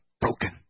broken